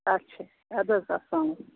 اچھا اَدٕ حظ السلام